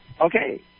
Okay